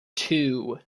two